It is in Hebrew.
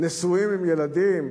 נשואים עם ילדים,